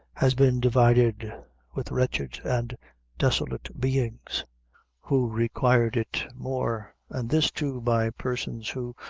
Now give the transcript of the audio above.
has been divided with wretched and desolate beings who required it more, and this, too, by persons who,